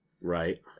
Right